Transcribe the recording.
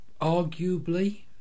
arguably